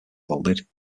folded